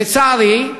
לצערי,